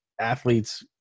athletes